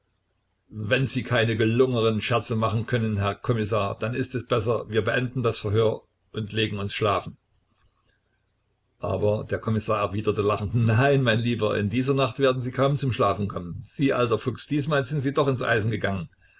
wenn sie keine gelungeneren scherze machen können herr kommissar dann ist es besser wir beenden das verhör und legen uns schlafen aber der kommissar erwiderte lachend nein mein lieber in dieser nacht werden sie kaum zum schlafen kommen sie alter fuchs diesmal sind doch ins eisen gegangen